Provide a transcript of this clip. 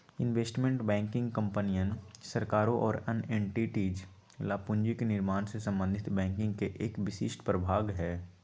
investment banking कंपनियन, सरकारों और अन्य एंटिटीज ला पूंजी के निर्माण से संबंधित बैंकिंग के एक विशिष्ट प्रभाग हई